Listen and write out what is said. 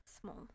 small